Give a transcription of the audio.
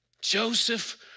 Joseph